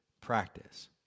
practice